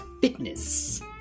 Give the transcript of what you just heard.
fitness